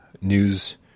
news